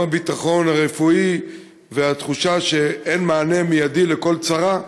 גם הביטחון הרפואי והתחושה שאין מענה מיידי לכל צרה,